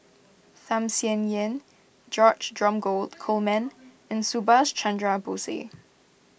Tham Sien Yen George Dromgold Coleman and Subhas Chandra Bose